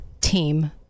team